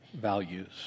values